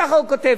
ככה הוא כותב.